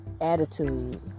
attitude